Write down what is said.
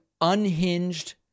unhinged